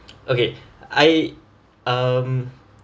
okay I um